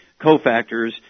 cofactors